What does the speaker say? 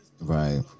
Right